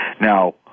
Now